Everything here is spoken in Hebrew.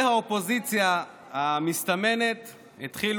מה שתעשה, אנחנו מכילים.